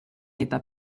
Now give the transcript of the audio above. eta